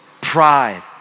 pride